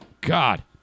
god